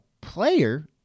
player